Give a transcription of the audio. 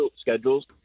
schedules